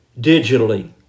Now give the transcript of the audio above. digitally